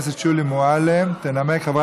כן.